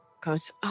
Goes